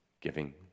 giving